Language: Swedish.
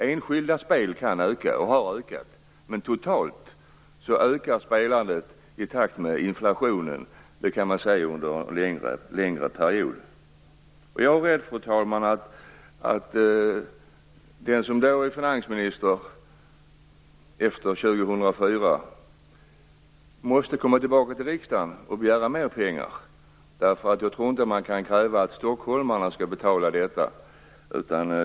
Enskilda spel kan öka och har ökat. Men totalt ökar spelandet i takt med inflationen. Det kan man se under en längre period. Jag är rädd, fru talman, att den som då är finansminister, alltså efter år 2004, måste komma tillbaka till riksdagen och begära mer pengar. Jag tror inte att man kan kräva att stockholmarna skall betala detta.